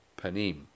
panim